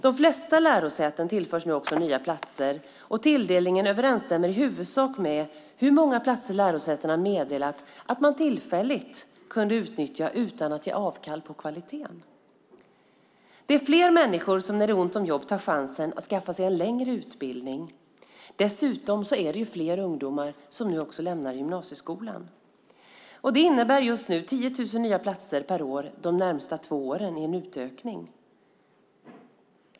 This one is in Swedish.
De flesta lärosäten tillförs nu också nya platser, och tilldelningen överensstämmer i huvudsak med hur många platser lärosätena meddelar att man tillfälligt kan utnyttja utan att ge avkall på kvaliteten. Det är fler människor som när det är ont om jobb tar chansen att skaffa sig en längre utbildning. Dessutom är det fler ungdomar som nu lämnar gymnasieskolan. Det innebär just nu 10 000 nya platser per år de närmaste två åren i en utökning.